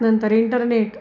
नंतर इंटरनेट